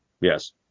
Yes